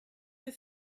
her